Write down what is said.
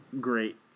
Great